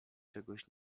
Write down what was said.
czegoś